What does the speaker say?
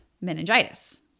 meningitis